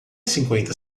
cinquenta